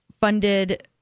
funded